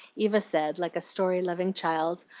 eva said, like a story-loving child,